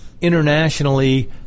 internationally